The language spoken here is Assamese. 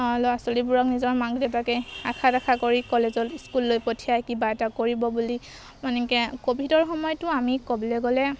ল'ৰা ছোৱালীবোৰক নিজৰ মাক দেউতাকে আশা দেখা কৰি কলেজত স্কুললৈ পঠিয়াই কিবা এটা কৰিব বুলি মানে কি ক'ভিডৰ সময়টো আমি ক'বলৈ গ'লে